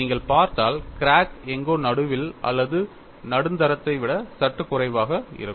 நீங்கள் பார்த்தால் கிராக் எங்கோ நடுவில் அல்லது நடுத்தரத்தை விட சற்று குறைவாக இருக்கும்